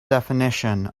definition